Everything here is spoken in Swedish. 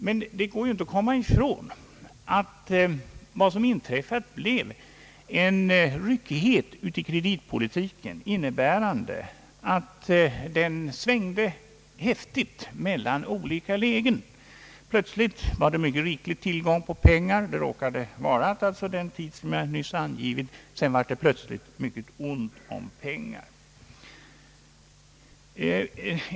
Men det går inte att komma ifrån att vad som inträffade var en ryckighet i kreditpolitiken, innebärande att den svängde häftigt mellan olika lägen. Plötsligt var det mycket riklig tillgång på pengar — så råkade det vara under den tid som jag nyss angivit — och sedan blev det plötsligt mycket ont om pengar.